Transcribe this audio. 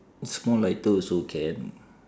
small lighter also can